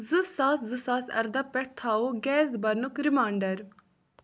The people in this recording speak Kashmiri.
زٕ ستھ زٕ ساس اَرداہ پٮ۪ٹھ تھاوَو گٔیس برنُک ریمانٛڈر